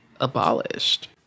abolished